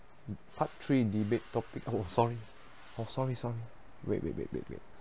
part three debate topic oh sorry oh sorry sorry wait wait wait wait wait